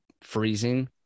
freezing